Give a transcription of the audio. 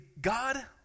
God